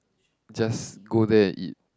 just go there and eat